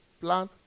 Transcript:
Plan